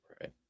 Right